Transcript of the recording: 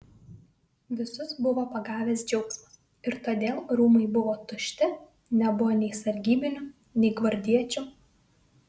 visus buvo pagavęs džiaugsmas ir todėl rūmai buvo tušti nebuvo nei sargybinių nei gvardiečių